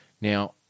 Now